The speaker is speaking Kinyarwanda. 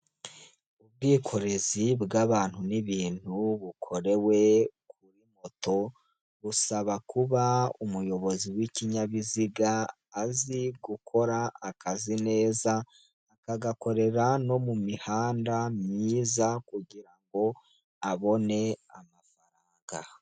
Ubwikorezi bw'abantu n' ibintu bukorewe kuri moto, busaba kuba umuyobozi w'ikinyabiziga azi gukora akazi neza, akagakorera no mu mihanda myiza kugira ngo abone amafaranga.